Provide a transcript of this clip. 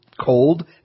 cold